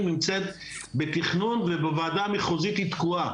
נמצאת בתכנון ובוועדה המחוזית היא תקועה.